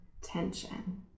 tension